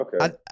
Okay